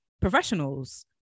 professionals